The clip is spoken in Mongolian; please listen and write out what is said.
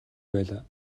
байлаа